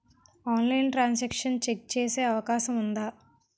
ఆన్లైన్లో transaction check చేసే అవకాశం ఉందా?